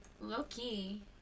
Low-key